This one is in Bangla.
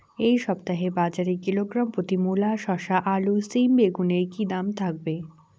এই সপ্তাহে বাজারে কিলোগ্রাম প্রতি মূলা শসা আলু সিম বেগুনের কী দাম থাকবে?